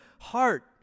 heart